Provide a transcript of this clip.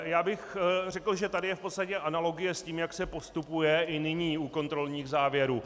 Já bych řekl, že tady je v podstatě analogie s tím, jak se postupuje i nyní u kontrolních závěrů.